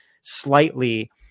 slightly